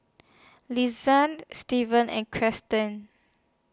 Lizette Stevie and Cristin